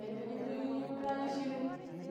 ﻿Yadda shii diyon liichjin mina chju shine,